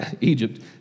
Egypt